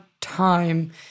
time